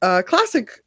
classic